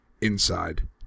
Inside